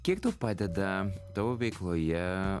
kiek tau padeda tavo veikloje